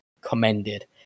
commended